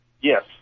Yes